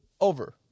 over